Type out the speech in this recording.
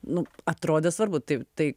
nu atrodė svarbu taip tai